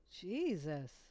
Jesus